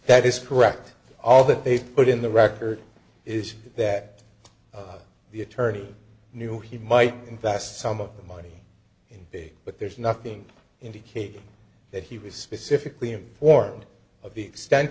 that is correct all that they put in the record is that the attorney knew he might invest some of the money in big but there's nothing indicating that he was specifically informed of the